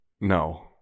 No